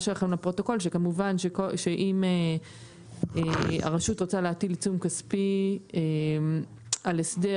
שלכם לפרוטוקול שכמובן שאם הרשות רוצה להטיל עיצום כספי על הסדר